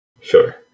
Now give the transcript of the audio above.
Sure